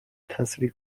تسریع